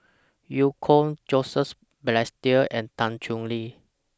EU Kong Joseph Balestier and Tan Chong Tee